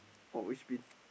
or which bin